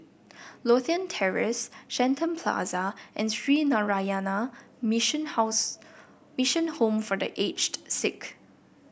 Lothian Terrace Shenton Plaza and Sree Narayana Mission house Mission Home for The Aged Sick